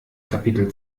kapitel